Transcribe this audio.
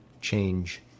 change